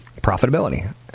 Profitability